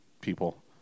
people